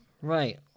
Right